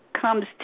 comes